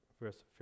verse